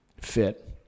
fit